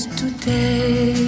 today